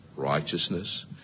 righteousness